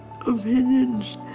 opinions